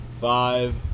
Five